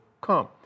come